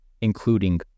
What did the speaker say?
including